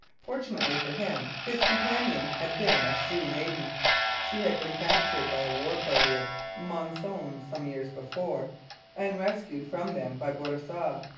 fortunately for him his companion had been a sioux maiden she had been captured by a war party of monsones some years before and rescued from them by bourassa.